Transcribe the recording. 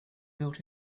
built